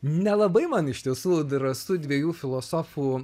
nelabai man iš tiesų drąsu dviejų filosofų